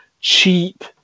cheap